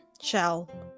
shell